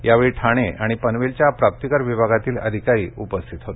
यावेळी ठाणे आणि पनवेलच्या प्राप्ती कर विभागातील अधिकारी उपस्थित होते